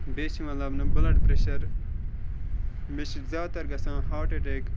بیٚیہِ چھُ مَطلَب بٕلَڈ پریشَر بیٚیہِ چھِ زیادٕ تَر گَژھان ہارٹ اَٹیک